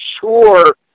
sure